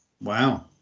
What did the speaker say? Wow